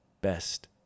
best